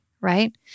right